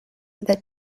that